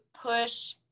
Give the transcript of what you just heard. push